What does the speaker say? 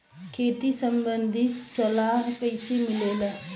खेती संबंधित सलाह कैसे मिलेला?